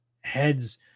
heads